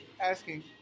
asking